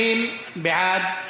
20 בעד,